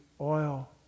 oil